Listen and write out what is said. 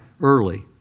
early